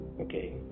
okay